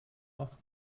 machen